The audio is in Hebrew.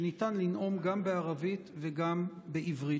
שניתן לנאום גם בערבית וגם בעברית.